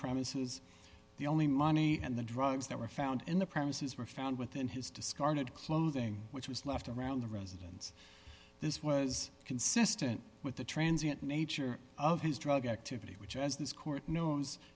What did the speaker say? premises the only money and the drugs that were found in the premises were found within his discarded clothing which was left around the residence this was consistent with the transit nature of his drug activity which as this court knows